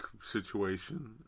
situation